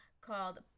called